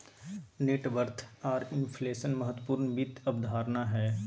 net worth आर inflation महत्वपूर्ण वित्त अवधारणा हय